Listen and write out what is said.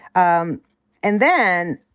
um and then,